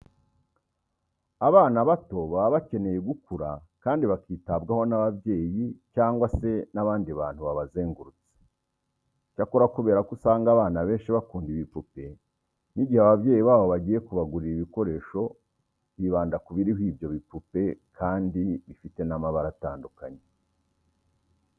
Abana bato baba bakeneye gukura kandi bakitabwaho n'ababyeyi cyangwa se n'abandi bantu babazengurutse. Icyakora kubera ko usanga abana benshi bakunda ibipupe, n'igihe ababyeyi babo bagiye kubagurira ibikoresho bibanda ku biriho ibyo bipupe kandi bifite n'amabara atandukanye.